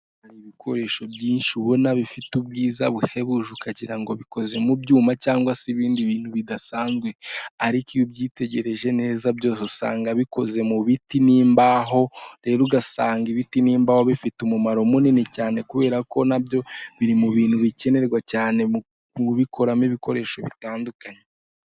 Ibikoresho byinshi ubona bifite ubwiza buhebuje, ukagira ngo bikoze mu byuma, cyangwa se ibindi bintu bidasanzwe, ariko iyo ubyitegereje neza byose, usanga bikoze mu biti, n'imbaho, rero ugasanga ibiti n'imbaho bifite umumaro munini cyane, kubera ko nabyo biri mu bintu bikenerwa cyane, mu kubikoramo ibikoresho bitandukanye.